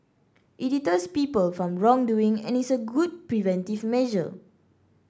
it deters people from wrongdoing and is a good preventive measure